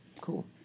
cool